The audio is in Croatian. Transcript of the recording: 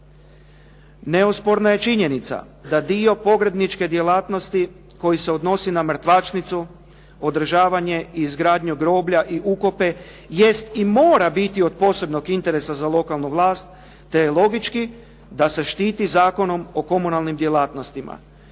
Neosporna je činjenica da dio pogrebničke djelatnosti koji se odnosi na mrtvačnicu, održavanje, izgradnju groblja i ukope jest i mora biti od posebnog interesa za lokalnu vlast, te je logično da se štiti Zakonom o komunalnim djelatnostima,